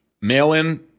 mail-in